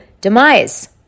demise